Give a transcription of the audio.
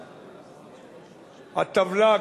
הטבלה,